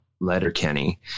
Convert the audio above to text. Letterkenny